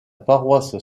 paroisse